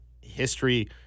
history